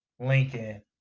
Lincoln